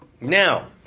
now